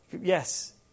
Yes